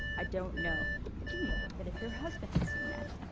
i don't know. i do know that if your husband had seen that,